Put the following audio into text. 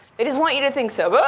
they just want you to think so. but